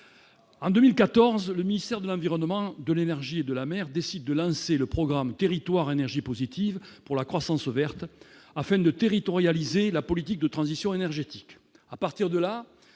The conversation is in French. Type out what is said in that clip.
en 2014, le ministère de l'environnement, de l'énergie et de la mère décide de lancer le programme territoire énergie positive pour la croissance verte afin de territorialiser la politique de transition énergétique